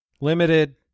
limited